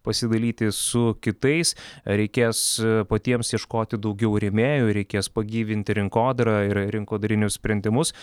pasidalyti su kitais reikės patiems ieškoti daugiau rėmėjų reikės pagyvinti rinkodarą ir rinkodarinius sprendimus